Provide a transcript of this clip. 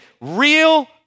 real